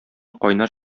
кайнар